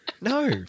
No